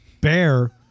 Bear